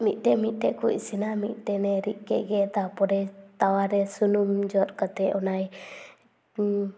ᱢᱤᱴᱮᱱ ᱢᱤᱴᱮᱱ ᱠᱚ ᱤᱥᱤᱱᱟ ᱢᱤᱫᱴᱮᱱᱮ ᱨᱤᱫ ᱠᱮᱫ ᱜᱮ ᱛᱟᱨᱯᱚᱨᱮ ᱛᱟᱣᱟ ᱛᱮ ᱥᱩᱱᱩᱢ ᱡᱚᱫ ᱠᱟᱛᱮ ᱚᱱᱟᱭ